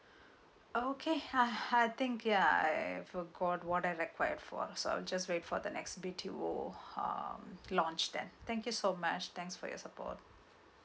oh okay I I think ya I got what I inquired for so I'll just wait for the next B_T_O uh launch then thank you so much thanks for your support